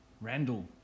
Randall